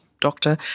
doctor